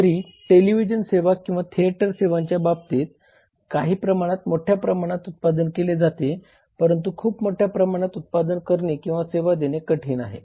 जरी टेलिव्हिजन सेवा किंवा थिएटर सेवांच्या बाबतीत काही प्रमाणात मोठ्या प्रमाणात उत्पादन केले जाते परंतु खूप मोठ्या प्रमाणात उत्पादन करणे किंवा सेवा देणे कठीण आहे